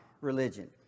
religion